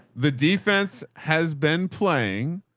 the defense has been playing.